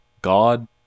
God